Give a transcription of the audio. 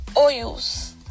oils